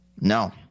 No